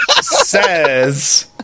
says